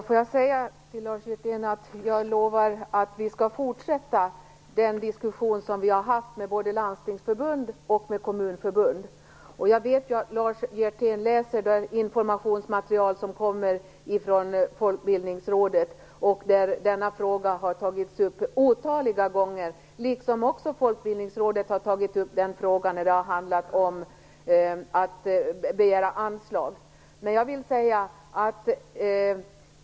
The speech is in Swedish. Fru talman! Jag lovar, Lars Hjertén, att vi skall fortsätta den diskussion som vi har haft med både Landstingsförbundet och Kommunförbundet. Jag vet ju att Lars Hjertén läser det informationsmaterial som kommer från Folkbildningsrådet. Denna fråga har tagits upp otaliga gånger där, och Folkbildningsrådet har också tagit upp denna fråga när det har handlat om att begära anslag.